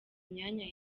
myanya